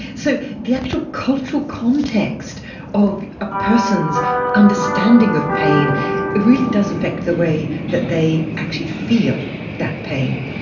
so the actual cultural context of a person's understanding of pain really does affect the way that they actually feel that pain.